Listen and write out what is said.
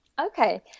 Okay